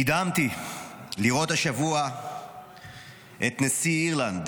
נדהמתי לראות השבוע את נשיא אירלנד